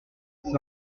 c’est